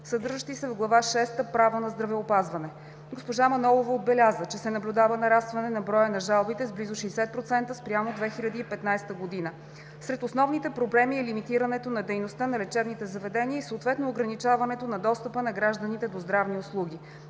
съдържащи се в Глава шеста „Право на здравеопазване“. Госпожа Манолова отбеляза, че се наблюдава нарастване на броя на жалбите с близо 60% спрямо 2015 г. Сред основните проблеми е лимитирането на дейността на лечебните заведения и съответно ограничаването на достъпа на гражданите до здравни услуги.